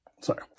sorry